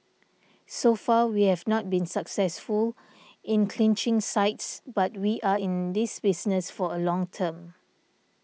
so far we have not been successful in clinching sites but we are in this business for a long term